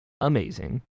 amazing